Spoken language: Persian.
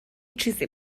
چیزی